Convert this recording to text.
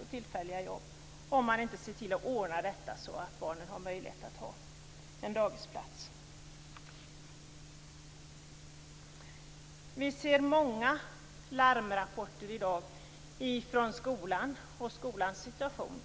och tillfälliga jobb, om det inte kan ordnas så att barnen kan ha kvar sin dagisplats. Det kommer många larmrapporter i dag om skolans situation.